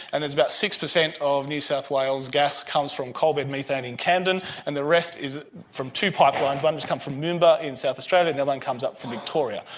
and there's about six percent of new south wales gas comes from coal bed methane in camden, and the rest is from two pipelines, one comes from moomba in south australia, and the other one comes up from victoria.